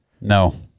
No